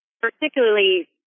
particularly